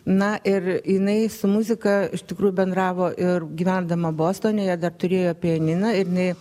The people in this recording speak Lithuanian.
na ir jinai su muzika iš tikrųjų bendravo ir gyvendama bostone jie dar turėjo pianiną ir jinai